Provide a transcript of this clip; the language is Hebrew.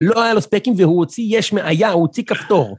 ‫לא היה לו ספקים והוא הוציא, ‫יש מאיה, הוא הוציא כפתור.